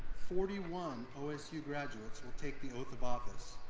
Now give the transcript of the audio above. forty one osu graduates will take the oath of office,